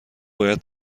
باید